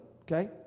okay